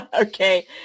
Okay